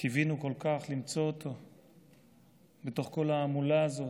קיווינו כל כך למצוא אותו בתוך כל ההמולה הזאת,